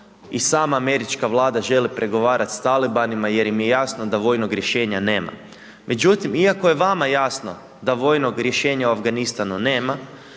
i sama američka vlada, želi pregovarati sa talibanima, jer im je jasno da vojnog rješenja nema. Međutim, iako je vama jasno da vojnog rješenja u Afganistanu nema,